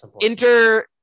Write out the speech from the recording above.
Inter